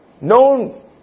known